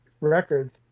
records